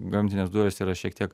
gamtinės dujos yra šiek tiek